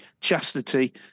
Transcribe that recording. chastity